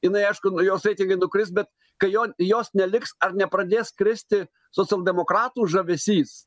jinai aišku jos reitingai nukris bet kai jo jos neliks ar nepradės kristi socialdemokratų žavesys